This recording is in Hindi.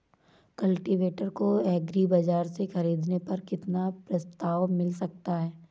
कल्टीवेटर को एग्री बाजार से ख़रीदने पर कितना प्रस्ताव मिल सकता है?